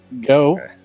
Go